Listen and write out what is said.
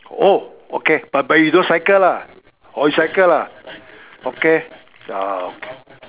oh okay but but you don't cycle lah don't cycle lah okay ah